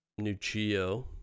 Nuccio